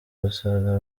basanga